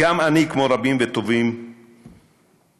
גם אני, כמו רבים וטובים השרה,